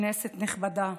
כנסת נכבדה,